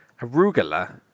Arugula